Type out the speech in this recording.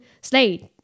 slate